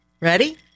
Ready